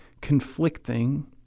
conflicting